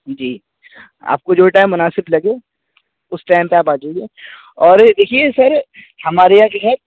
جی آپ کو جو بھی ٹائم مناسب لگے اس ٹائم پہ آپ آ جائیے اور دیکھیے سر ہمارے یہاں جو ہے